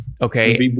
Okay